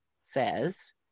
says